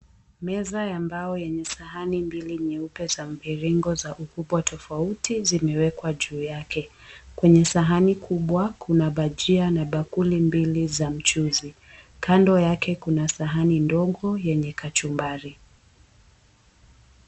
Meza ya mbao yenye sahani mbili nyeupe za mviringo za ukubwa tofauti zimewekwa juu yake. Kwenye sahani kubwa kuna bajia na bakuli mbili za mchuzi .Kando yake Kuna sahani ndogo yenye kachumbari.